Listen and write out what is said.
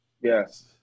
yes